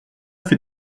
fait